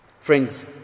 Friends